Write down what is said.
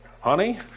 Honey